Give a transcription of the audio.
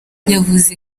yavuze